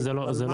מה העניין?